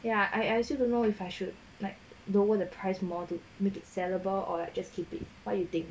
ya I I also don't know if I should like lower the price like make it more sellable or just keep it what you think